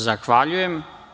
Zahvaljujem.